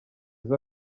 iza